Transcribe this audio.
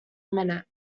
minute